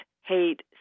hate